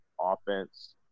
offense